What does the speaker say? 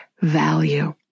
value